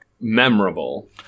memorable